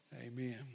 amen